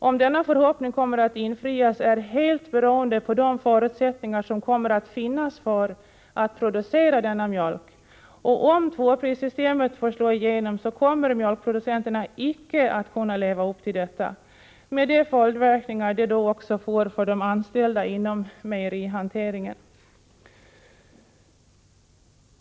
Om denna förhoppning kommer att infrias är helt beroende på de förutsättningar som kommer att finnas för att producera denna mjölk, och om tvåprissystemet får slå igenom kommer mjölkproducenterna icke att kunna leva upp till detta — med de följdverkningar det får för de anställda inom mejerihanteringen.